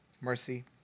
mercy